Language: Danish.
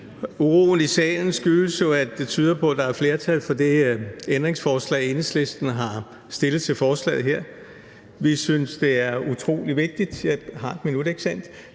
Uroen i salen skyldes jo, at det tyder på, at der er et flertal for det ændringsforslag, Enhedslisten har stillet til forslaget her. Vi synes, det er utrolig vigtigt ... Jeg har 1 minut, ikke sandt?